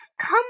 come